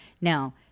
Now